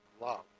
love